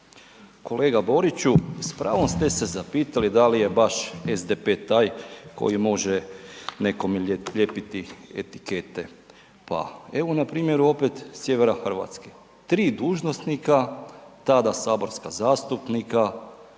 Kolega Boriću, s pravom ste se zapitali da li je baš SDP taj koji može nekome lijepiti etikete. Pa evo na primjeru opet, sjevera Hrvatske. 3 dužnosnika, tada saborska zastupnika